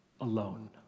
alone